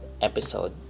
episode